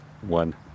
One